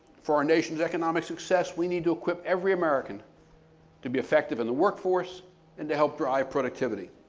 for our nation's economic success, we need to equip every american to be effective in the workforce and to help drive productivity.